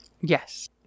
Yes